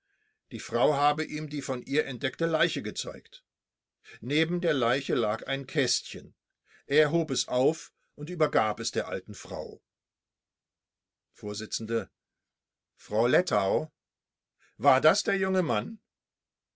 die frau habe ihm die von ihr entdeckte leiche gezeigt neben der leiche lag ein kästchen er hob es auf und übergab es der alten frau vors frau lettau war das der junge mann